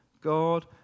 God